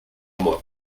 moi